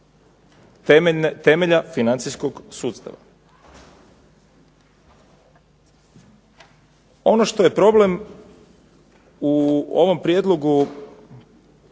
temelja financijskog sustava. Ono što je problem u ovom prijedlogu